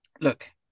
look